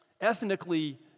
ethnically